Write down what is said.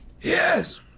Yes